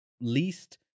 least